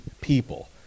people